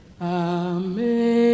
Amen